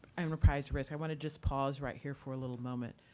unreprised risk, i want to just pause right here for a little moment.